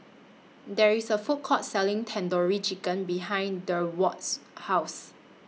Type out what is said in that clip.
There IS A Food Court Selling Tandoori Chicken behind Durward's House